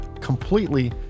completely